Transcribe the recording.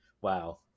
wow